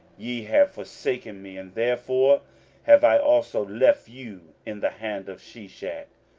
ye have forsaken me, and therefore have i also left you in the hand of shishak.